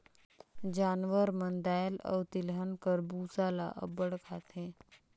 जानवर मन दाएल अउ तिलहन कर बूसा ल अब्बड़ खाथें